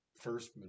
First